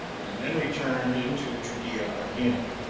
and then returned into judea again.